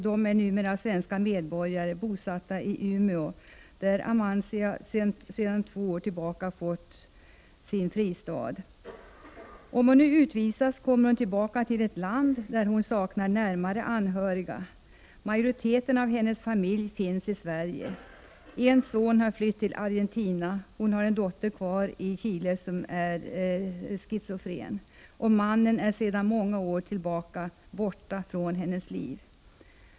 De är numera svenska medborgare och bosatta i Umeå, där Amancia sedan två år tillbaka har fått en fristad. Om hon nu utvisas kommer hon tillbaka till ett land där hon saknar närmare anhöriga. Majoriteten av hennes familj finns i Sverige. En son har flytt till Argentina. Hon har en dotter kvar i Chile, som är schizofren. Mannen är sedan många år tillbaka borta från hennes liv.